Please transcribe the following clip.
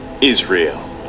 Israel